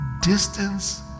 Distance